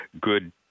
good